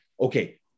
okay